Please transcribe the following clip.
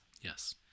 Yes